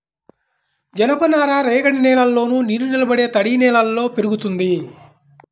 జనపనార రేగడి నేలల్లోను, నీరునిలబడే తడినేలల్లో పెరుగుతుంది